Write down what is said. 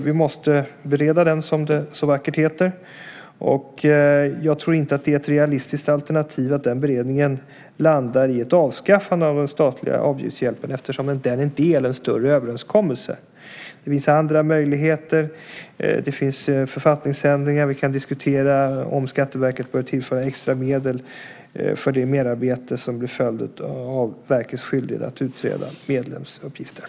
Vi måste bereda den, som det så vackert heter. Jag tror inte att det är ett realistiskt alternativ att den beredningen landar i ett avskaffande av den statliga avgiftshjälpen, eftersom den är en del av en större överenskommelse. Det finns andra möjligheter. Det finns författningsändringar. Vi kan diskutera om Skatteverket bör tillföras extra medel för det merarbete som blir följden av verkets skyldighet att utreda medlemsuppgifterna.